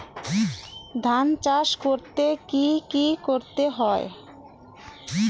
ধান চাষ করতে কি কি করতে হয়?